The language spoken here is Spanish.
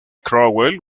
cromwell